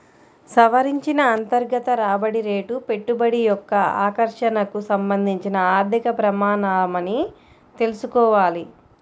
సవరించిన అంతర్గత రాబడి రేటు పెట్టుబడి యొక్క ఆకర్షణకు సంబంధించిన ఆర్థిక ప్రమాణమని తెల్సుకోవాలి